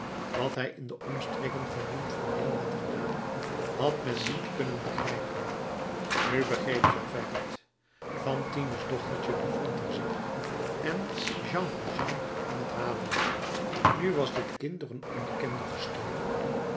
wat hij in de omstreken van montfermeil had gedaan had men niet kunnen begrijpen nu begreep javert het fantines dochtertje bevond er zich en jean valjean ging het halen nu was dit kind door een onbekende gestolen